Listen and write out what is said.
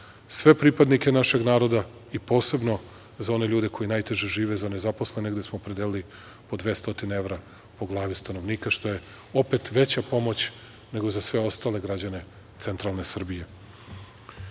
sve pripadnike našeg naroda i posebno za one ljude koji najteže žive, za nezaposlene gde smo opredelili po 200 evra po glavi stanovnika, što je opet veća pomoć nego za sve ostale građane centralne Srbije. Novcem